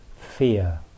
fear